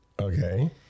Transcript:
Okay